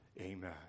Amen